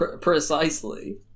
Precisely